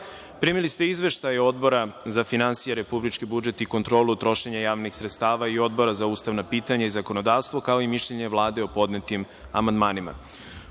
ste izveštaj Odbora za finansije republički budžet i kontrolu trošenja javnih sredstava i Odbora za ustavna pitanja i zakonodavstvo, kao i mišljenje Vlade o podnetim amandmanima. Pošto